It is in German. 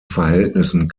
verhältnissen